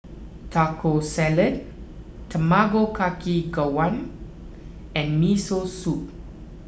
Taco Salad Tamago Kake Gohan and Miso Soup